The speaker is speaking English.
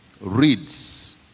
reads